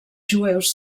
jueus